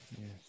Yes